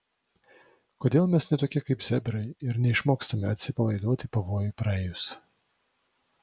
kodėl mes ne tokie kaip zebrai ir neišmokstame atsipalaiduoti pavojui praėjus